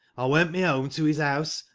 i went me home to his house,